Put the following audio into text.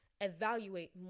evaluate